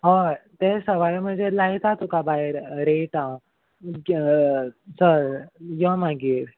हय ते सगळे म्हणजे लायता तुका भायर रेट हांव चल यो मागीर